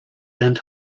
bent